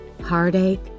heartache